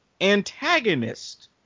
antagonist